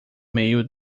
meio